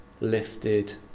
lifted